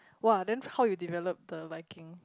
!wah! then how you develop the liking